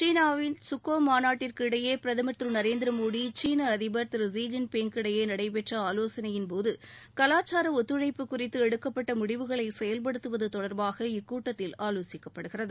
சீனாவில் சுக்கோ மாநாட்டிற்கு இடையே பிரதமர் திரு நரேந்திர மோடி சீன அதிபர் ஜி ஜின்பிங் இடையே நடைபெற்ற ஆலோசனையின் போது மனித கலாச்சார ஒத்துழைப்பு குறித்து எடுக்கப்பட்ட முடிவுகளை செயல்படுத்துவது தொடர்பாக இக்கூட்டத்தில் ஆலோசிக்கப்படுகிறது